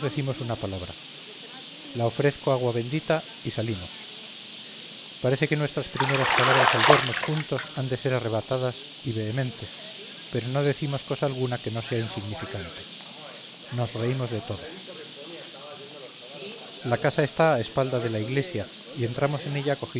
decimos una palabra la ofrezco agua bendita y salimos parece que nuestras primeras palabras al vernos juntos han de ser arrebatadas y vehementes pero no decimos cosa alguna que no sea insignificante nos reímos de todo la casa está a espalda de la iglesia y entramos en ella